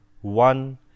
one